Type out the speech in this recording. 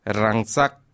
rangsak